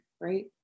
right